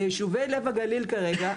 וישובי לב הגליל כרגע,